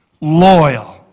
loyal